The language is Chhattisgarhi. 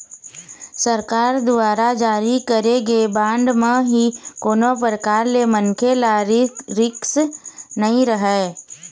सरकार दुवारा जारी करे गे बांड म ही कोनो परकार ले मनखे ल रिस्क नइ रहय